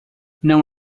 não